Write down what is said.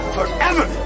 Forever